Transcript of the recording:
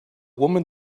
woman